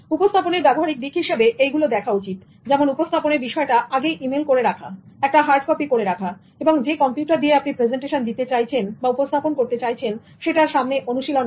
উপস্থাপনের ব্যবহারিক দিক হিসাবে এই গুলো দেখা উচিত যেমন উপস্থাপনের বিষয়টা আগেই ইমেইল করে রাখা একটা হার্ড কপি করে রাখা এবং যে কম্পিউটার দিয়ে আপনি প্রেজেন্টেশন দিতে চাইছেন উপস্থাপন করতে চাইছেন সেটার সামনে অনুশীলন করা